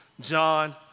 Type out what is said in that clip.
John